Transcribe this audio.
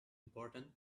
important